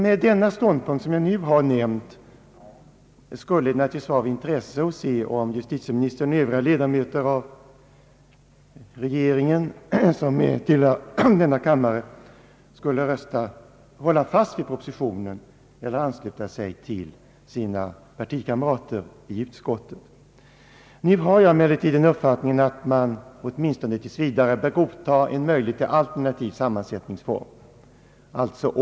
Med den ståndpunkt som jag nu har nämnt skulle det naturligtvis bli intres sant att se om justitieministern och övriga ledamöter av regeringen som tillhör denna kammare skulle hålla fast vid propositionen eller ansluta sig till sina partikamrater i utskottet. Nu har jag emellertid den uppfattningen att man åtminstone tills vidare bör godta en möjlighet till alternativ sammansättningsform.